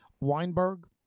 Weinberg